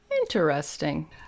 interesting